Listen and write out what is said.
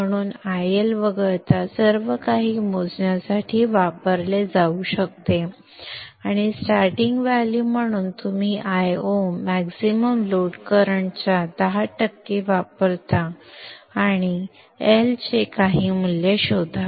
म्हणून IL वगळता सर्व काही मोजण्यासाठी वापरले जाऊ शकते आणि स्टार्टिंग व्हॅल्यू म्हणून तुम्ही Io मॅक्सिमम लोड करंट च्या 10 टक्के वापरता आणि हे वापरता आणि L चे काही मूल्य शोधा